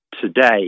today